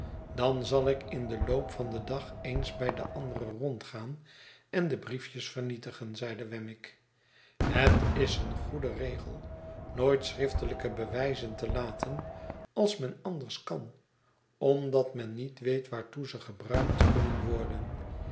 dan zal ik in den loop van den dag eens bij de andere rondgaan en de briefjes vernietigen zeide wemmick het is een goede regel nooit schriftelijke bewijzen te laten als men anders kan omdat men niet weet waartoe ze gebruikt kunnen worden